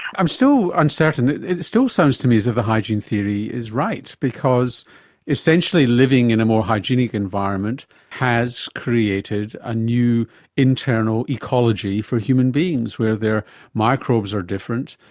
i'm still uncertain. it it still sounds to me as if the hygiene theory is right, because essentially living in a more hygienic environment has created a new internal ecology for human beings, where their microbes are different,